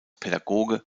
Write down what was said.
pädagoge